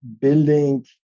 building